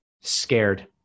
scared